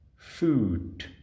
Food